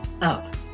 up